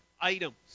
items